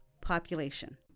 population